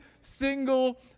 single